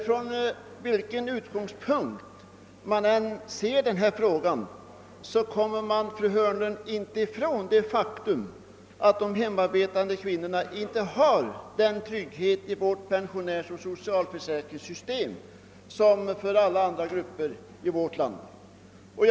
Från vilken utgångspunkt man än ser denna fråga kommer man inte ifrån det faktum att de hemarbetande kvinnorna inte har den trygghet i vårt pensionsoch socialförsäkringssystem som alla andra grupper i vårt land har.